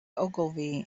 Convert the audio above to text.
ogilvy